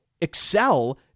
excel